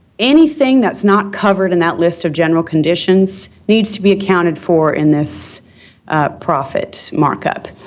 anything that's not covered in that list of general conditions needs to be accounted for in this profit markup.